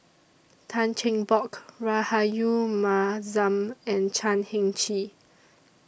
Tan Cheng Bock Rahayu Mahzam and Chan Heng Chee